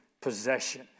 possession